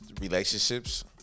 relationships